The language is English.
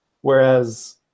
Whereas